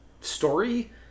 story